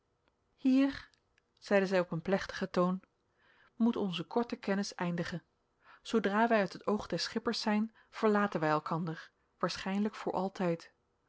hier zeide zij op een plechtigen toon moet onze korte kennis eindigen zoodra wij uit het oog des schippers zijn verlaten wij elkander waarschijnlijk voor altijd